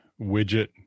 widget